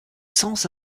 sans